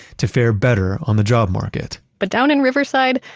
to fare better on the job market but down in riverside,